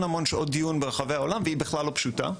המון שעות דיון ברחבי העולם והיא בכלל לא פשוטה,